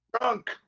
drunk